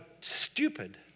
stupid